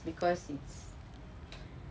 because it's